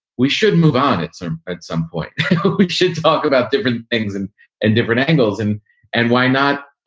we should move on. it's at some point we should talk about different things and and different angles and and why not